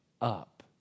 up